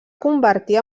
convertir